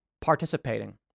participating